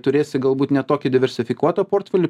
turėsi galbūt ne tokį diversifikuotą portfelį